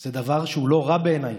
זה דבר שהוא לא רע בעיניי,